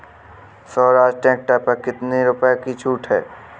Swaraj tractor पर कितनी रुपये की छूट है?